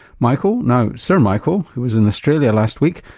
michael, now sir michael, who was in australia last week,